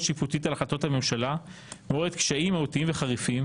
שיפוטית על החלטות הממשלה מעוררת קשיים מהותיים וחריפים